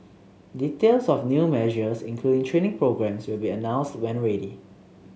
details of new measures including training programmes will be announced when ready